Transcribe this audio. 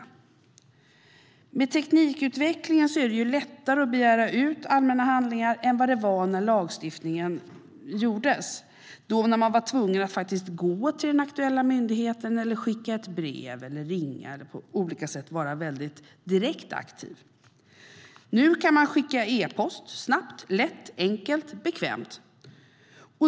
I och med teknikutvecklingen är det lättare att begära ut allmänna handlingar än det var när lagstiftningen kom till. Då var man tvungen att gå till den aktuella myndigheten, skicka ett brev, ringa eller på annat sätt vara direkt aktiv. Nu kan man skicka e-post. Det är snabbt, lätt, enkelt och bekvämt.